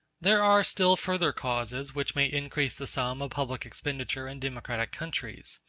there are still further causes which may increase the sum of public expenditure in democratic countries.